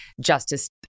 Justice